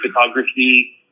photography